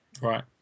Right